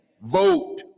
Vote